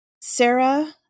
Sarah